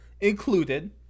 included